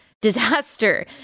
Disaster